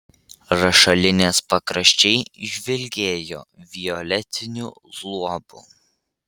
rašalinės pakraščiai žvilgėjo violetiniu luobu